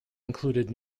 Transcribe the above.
included